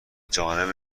جانب